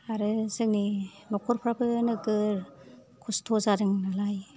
आरो जोंनि न'खरफ्राबो नोगोर खस्थ' जादों नालाय